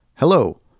Hello